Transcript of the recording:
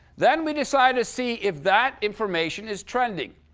then we decided to see if that information is trending.